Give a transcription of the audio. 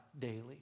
daily